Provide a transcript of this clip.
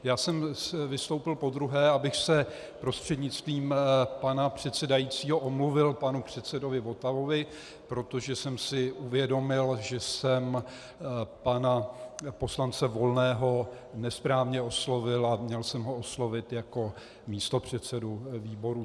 Já jsem vystoupil podruhé, abych se prostřednictvím pana předsedajícího omluvil panu předsedovi Votavovi, protože jsem si uvědomil, že jsem pana poslance Volného nesprávně oslovil a měl jsem ho oslovit jako místopředsedu výboru.